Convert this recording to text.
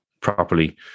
properly